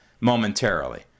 momentarily